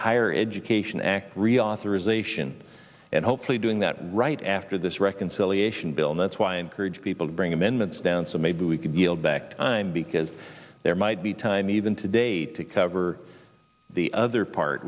higher education act reauthorization and hopefully doing that right after this reconciliation bill that's why encourage people to bring amendments down so maybe we could yield back time because there might be time even today to cover the other part